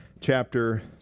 chapter